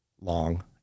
long